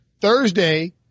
Thursday